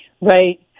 right